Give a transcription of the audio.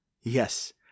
Yes